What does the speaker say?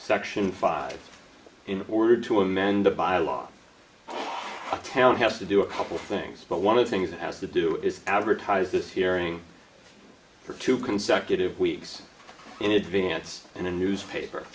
section five in order to amend the bylaws the town has to do a couple things but one of the things it has to do is advertise this hearing for two consecutive weeks in advance in a newspaper